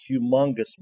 humongous